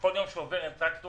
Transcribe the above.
וכל יום שעובר אין טרקטורים,